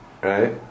Right